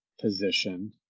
position